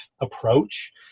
approach